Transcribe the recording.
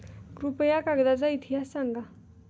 कृपया कागदाचा इतिहास सांगा